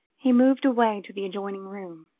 he moved away to the adjoining room.